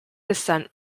descent